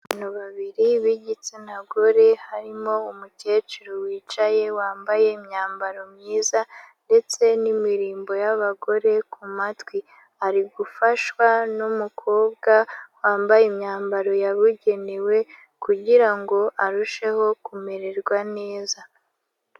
Abantu babiri b'igitsina gore harimo umukecuru wicaye wambaye imyambaro myiza ndetse n'imirimbo y'abagore ku matwi. Ari gufashwa n'umukobwa wambaye imyambaro yabugenewe kugira ngo arusheho kumererwa neza.